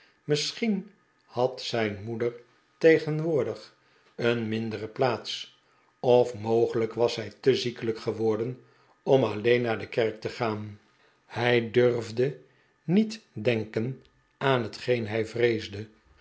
misschien had zijn moeder tegenwoordig een mindere plaats of mogelijk was zij te ziekelijk geworden om alleen naar de kerk te gaan hij durfde niet denken aan hetgeen hij vreesde